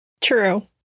True